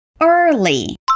early